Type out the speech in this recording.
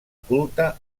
culte